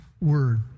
word